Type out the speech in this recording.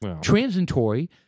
transitory